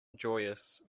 joyous